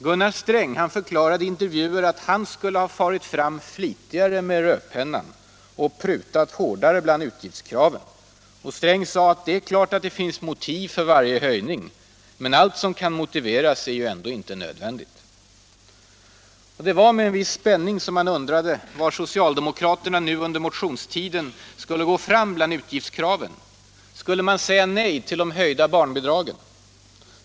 Gunnar Sträng förklarade i intervjuer att han skulle ha farit fram flitigare med rödpennan och prutat hårdare bland utgiftskraven. Han sade: ”Det är klart att det finns motiv för varje höjning. Men allt som kan motiveras är ju ändå inte nödvändigt.” Det var med viss spänning man undrade var socialdemokraterna nu under motionstiden skulle gå fram bland utgiftskraven. Skulle man säga nej till de höjda barnbidragen?